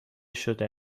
شده